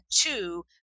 two